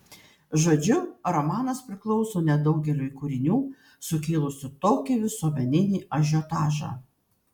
žodžiu romanas priklauso nedaugeliui kūrinių sukėlusių tokį visuomeninį ažiotažą